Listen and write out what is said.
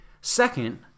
Second